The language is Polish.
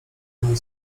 mnie